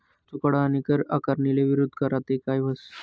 कर चुकाडा आणि कर आकारणीले विरोध करा ते काय व्हस